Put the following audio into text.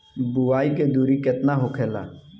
बुआई के दूरी केतना होखेला?